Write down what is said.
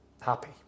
happy